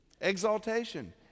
exaltation